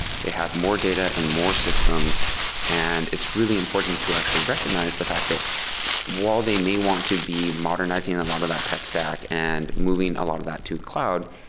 they have more data and more systems and it's really important to actually recognize the fact that while they may want to be modernizing and a lot of that tech stack and moving a lot of that to cloud,